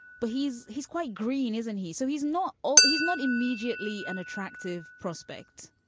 but he's he's quite green, isn't he? so he's not all he's not immediately an attractive prospect.